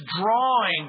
drawing